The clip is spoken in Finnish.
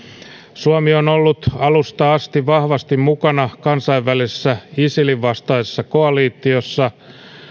suomi on ollut alusta asti vahvasti mukana kansainvälisessä isilin vastaisessa koalitiossa